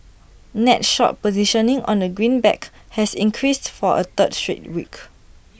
net short positioning on the greenback has increased for A third straight week